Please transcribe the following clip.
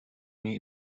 meet